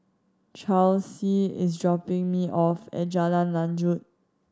Charlsie is dropping me off at Jalan Lanjut